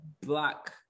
black